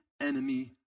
enemy